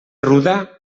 ruda